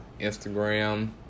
Instagram